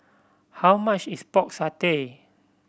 how much is Pork Satay